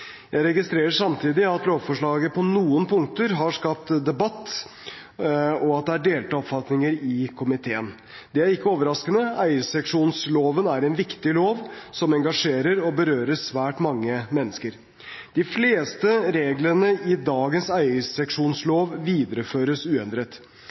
Jeg registrerer samtidig at lovforslaget på noen punkter har skapt debatt, og at det er delte oppfatninger i komiteen. Det er ikke overraskende, eierseksjonsloven er en viktig lov, som engasjerer og berører svært mange mennesker. De fleste reglene i dagens